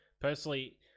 Personally